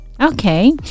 okay